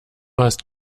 hast